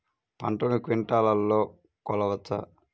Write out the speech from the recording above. పంటను క్వింటాల్లలో కొలవచ్చా?